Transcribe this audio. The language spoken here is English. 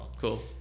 Cool